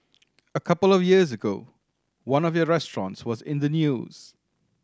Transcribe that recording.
a couple of years ago one of your restaurants was in the news